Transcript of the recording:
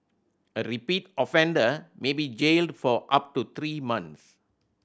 a repeat offender may be jailed for up to three months